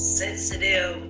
sensitive